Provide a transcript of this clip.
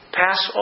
pass